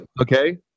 Okay